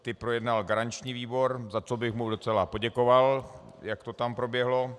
Ty projednal garanční výbor, za což bych mu docela poděkoval, jak to tam proběhlo.